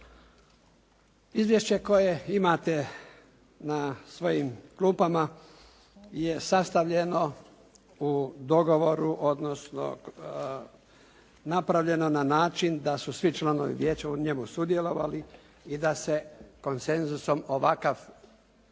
Izvješće koje imate na svojim klupama je sastavljeno u dogovoru odnosno napravljeno na način da su svi članovi vijeća u njemu sudjelovali i da se konsenzusom ovakvo